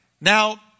Now